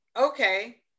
okay